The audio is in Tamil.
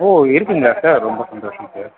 ஓ இருக்குதுங்களா சார் ரொம்ப சந்தோஷம் சார்